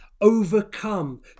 overcome